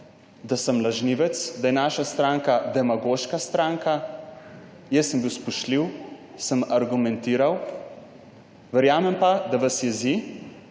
da sem lažnivec, da je naša stranka demagoška stranka. Jaz sem bil spoštljiv, sem argumentiral. Verjamem pa, da vas jezi,